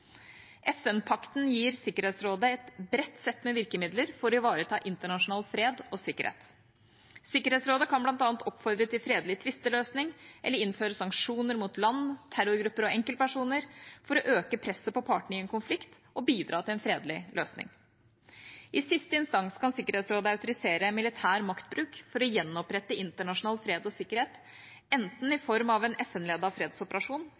gir Sikkerhetsrådet et bredt sett med virkemidler for å ivareta internasjonal fred og sikkerhet. Sikkerhetsrådet kan bl.a. oppfordre til fredelig tvisteløsning, eller innføre sanksjoner mot land, terrorgrupper og enkeltpersoner, for å øke presset på partene i en konflikt og bidra til en fredelig løsning. I siste instans kan Sikkerhetsrådet autorisere militær maktbruk for å gjenopprette internasjonal fred og sikkerhet, enten i form av en FN-ledet fredsoperasjon